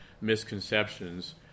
misconceptions